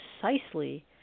precisely